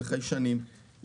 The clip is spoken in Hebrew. בחיישנים,